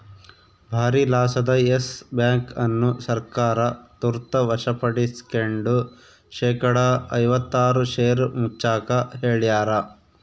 ಭಾರಿಸಾಲದ Yes Bank ಅನ್ನು ಸರ್ಕಾರ ತುರ್ತ ವಶಪಡಿಸ್ಕೆಂಡು ಶೇಕಡಾ ಐವತ್ತಾರು ಷೇರು ಮುಚ್ಚಾಕ ಹೇಳ್ಯಾರ